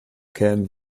can